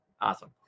Awesome